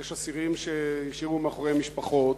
יש אסירים שהשאירו מאחוריהם משפחות,